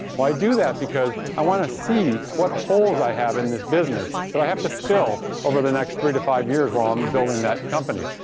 i do that because i want to see what holes i have in this business that i have to fill over the next three to five years while i'm building that company.